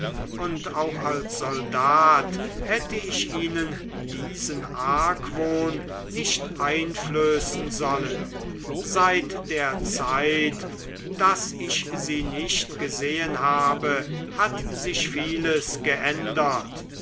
und auch als soldat hätte ich ihnen diesen argwohn nicht einflößen sollen seit der zeit daß ich sie nicht gesehen habe hat sich vieles geändert